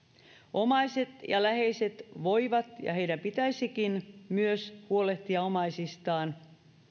omaiset ja läheiset voivat ja heidän pitäisikin myös huolehtia omaisistaan